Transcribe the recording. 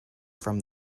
from